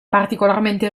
particolarmente